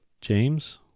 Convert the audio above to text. james